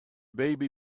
baby